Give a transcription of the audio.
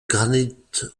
granit